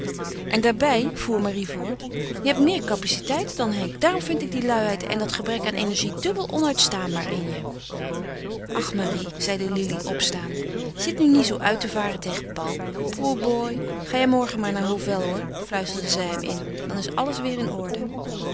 en daarbij voer marie voort je hebt meer capaciteiten dan henk daarom vind ik die luiheid en dat gebrek aan energie dubbel onuitstaanbaar in je ach marie zeide lili opstaande zit nu niet zoo uit te varen tegen paul poor boy ga jij morgen naar hovel hoor fluisterde zij hem in dan is alles weêr in orde